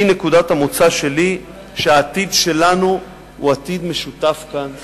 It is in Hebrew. כי נקודת המוצא שלי שהעתיד שלנו הוא עתיד משותף כאן,